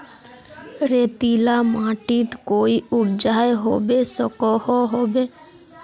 रेतीला माटित कोई उपजाऊ होबे सकोहो होबे?